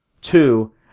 two